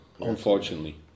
Unfortunately